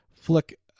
flick